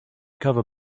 cover